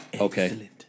Okay